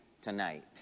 tonight